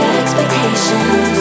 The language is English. expectations